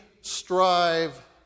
strive